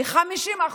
ב-50%,